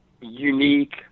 unique